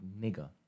nigger